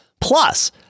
Plus